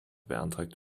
beantragt